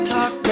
Talk